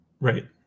Right